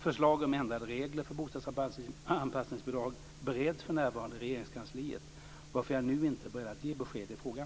Förslag om ändrade regler för bostadsanpassningsbidrag bereds för närvarande i Regeringskansliet, varför jag nu inte är beredd att ge besked i frågan.